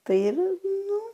tai nu